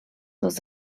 was